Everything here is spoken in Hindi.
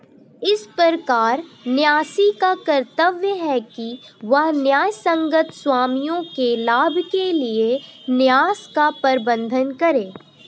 इस प्रकार न्यासी का कर्तव्य है कि वह न्यायसंगत स्वामियों के लाभ के लिए न्यास का प्रबंधन करे